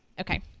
Okay